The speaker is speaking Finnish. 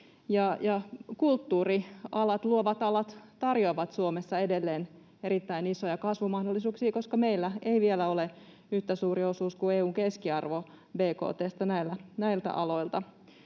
luovat alat, tarjoavat Suomessa edelleen erittäin isoja kasvumahdollisuuksia, koska meillä ei vielä ole yhtä suuri osuus bkt:stä kuin on EU:n keskiarvo näiltä aloilta,